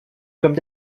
comme